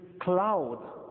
cloud